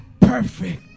perfect